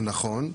זה נכון.